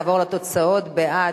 נעבור לתוצאות: בעד,